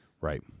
Right